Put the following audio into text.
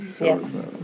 Yes